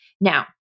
Now